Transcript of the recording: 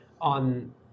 on